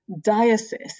diocese